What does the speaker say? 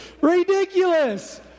ridiculous